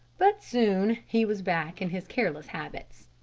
but soon he was back in his careless habits.